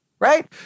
Right